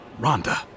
Rhonda